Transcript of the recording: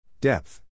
Depth